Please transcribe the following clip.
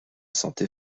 santé